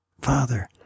Father